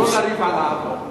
לא לריב על העבר.